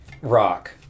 Rock